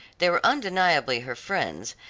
they were undeniably her friends,